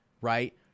right